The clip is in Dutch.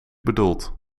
bedoelt